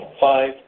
Five